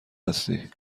هستی